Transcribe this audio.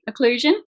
occlusion